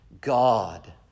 God